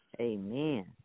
amen